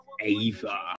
Ava